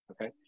Okay